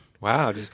Wow